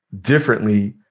differently